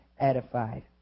edified